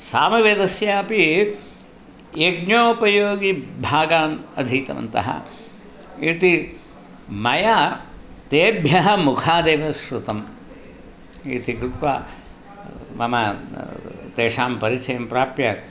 सामवेदस्यापि यज्ञोपयोगिभागान् अधीतवन्तः इति मया तेभ्यः मुखादेव श्रुतम् इति कृत्वा मम तेषां परिचयं प्राप्य